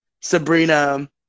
Sabrina